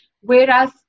Whereas